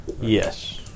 Yes